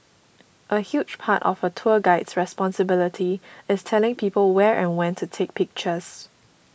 a huge part of a tour guide's responsibilities is telling people where and when to take pictures